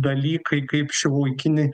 dalykai kaip šiuolaikiniai